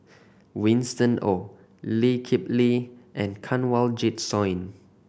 Winston Oh Lee Kip Lee and Kanwaljit Soin